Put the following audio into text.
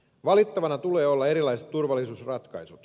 valittavana tulee olla erilaiset turvallisuusratkaisut